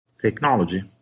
technology